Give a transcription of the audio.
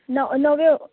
न नव्यो